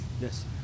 Yes